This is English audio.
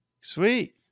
Sweet